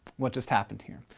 what just happened here,